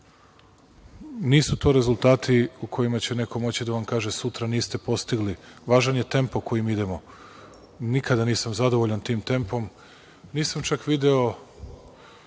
Nisu to rezultati u kojima će neko moći da vam kaže – sutra niste postigli. Važan je tempo kojim idemo. Nikada nisam zadovoljan tim tempom. Nisam čak video